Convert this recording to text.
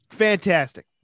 fantastic